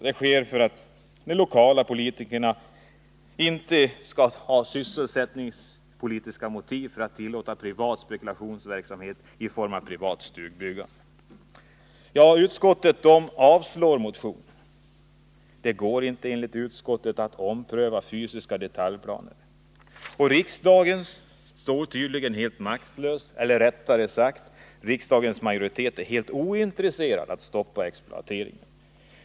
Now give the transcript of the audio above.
Om detta sker får de lokala politikerna inte några sysselsättningspolitiska motiv att tillåta privat spekulationsverksamhet i form av privat stugbyggande. Utskottet avstyrker motionen. Det går inte, enligt utskottet, att ompröva fysiska detaljplaner. Riksdagen står tydligen helt maktlös, eller rättare sagt: Riksdagens majoritet är helt ointresserad av att stoppa exploateringen.